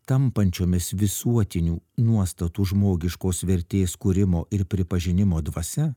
tampančiomis visuotinių nuostatų žmogiškos vertės kūrimo ir pripažinimo dvasia